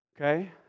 Okay